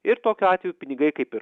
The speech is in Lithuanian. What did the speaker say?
ir tokiu atveju pinigai kaip ir